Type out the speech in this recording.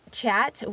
chat